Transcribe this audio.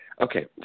Okay